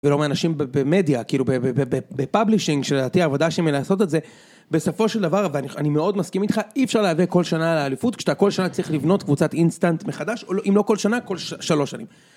ולא מהאנשים במדיה, כאילו בפבלישינג שלדעתי העבודה שלהם היא לעשות את זה, בסופו של דבר, ואני מאוד מסכים איתך, אי אפשר להגיע כל שנה על האליפות, כשאתה כל שנה צריך לבנות קבוצת אינסטנט מחדש, אם לא כל שנה, כל שלוש שנים.